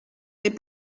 n’est